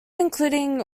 including